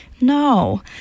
No